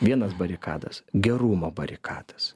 vienas barikadas gerumo barikadas